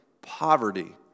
poverty